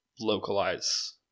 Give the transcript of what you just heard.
localize